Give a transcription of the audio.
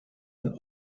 ein